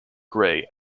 gray